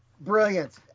brilliant